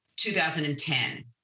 2010